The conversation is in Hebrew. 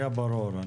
היה ברור.